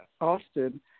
Austin